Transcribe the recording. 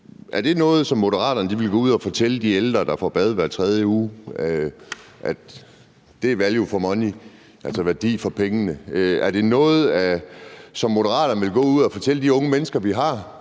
Er det noget, som Moderaterne vil gå ud at fortælle de ældre, der får bad hver tredje uge: at det er value for money – altså værdi for pengene? Er det noget, som Moderaterne vil gå ud at fortælle de unge mennesker, vi har,